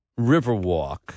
riverwalk